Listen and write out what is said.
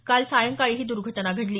काल सायंकाळी ही दुर्घटना घडली